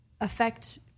affect